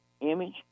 image